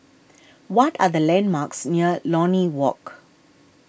what are the landmarks near Lornie Walk